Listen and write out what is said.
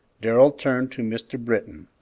darrell turned to mr. britton,